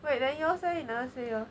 wait then yours eh you never say yours